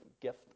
gift